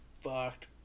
fucked